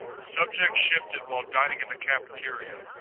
subject shifted while dining in the cafeteria.